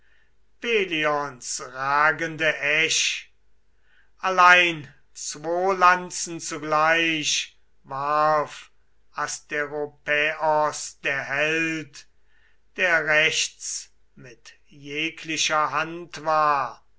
ragende esch allein zwo lanzen zugleich warf asteropäos der held der rechts mit jeglicher hand war